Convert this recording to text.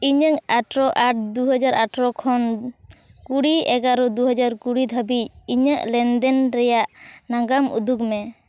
ᱤᱧᱟᱹᱜ ᱟᱴᱷᱨᱚ ᱟᱴ ᱫᱩᱦᱟᱡᱟᱨ ᱟᱴᱷᱨᱚ ᱠᱷᱚᱱ ᱠᱩᱲᱤ ᱮᱜᱟᱨᱚ ᱫᱩᱦᱟᱡᱟᱨ ᱠᱩᱲᱤ ᱫᱷᱟᱵᱤᱡ ᱤᱧᱟᱹᱜ ᱞᱮᱱᱫᱮᱱ ᱨᱮᱭᱟᱜ ᱱᱟᱜᱟᱢ ᱩᱫᱩᱜᱽᱢᱮ